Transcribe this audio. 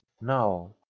now